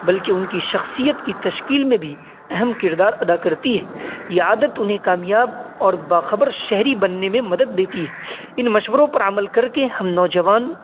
بلکہ ان کی شخصیت کی تشکیل میں بھی اہم کردار ادا کرتی ہے یہ عادت انہیں کامیاب اور باخبر شہری بننے میں مدد دیتی ہے ان مشوروں پر عمل کر کے ہم نوجوان